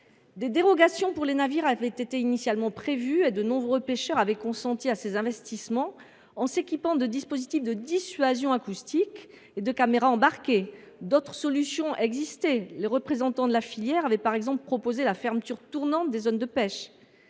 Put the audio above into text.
des dérogations avaient été initialement prévues et de nombreux pêcheurs avaient consenti à investir pour s’équiper de dispositifs de dissuasion acoustique et de caméras embarquées. En outre, d’autres solutions existaient. Les représentants de la filière avaient, par exemple, proposé la fermeture tournante des zones de pêche.